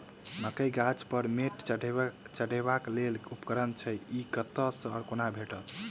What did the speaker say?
मकई गाछ पर मैंट चढ़ेबाक लेल केँ उपकरण छै? ई कतह सऽ आ कोना भेटत?